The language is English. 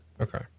Okay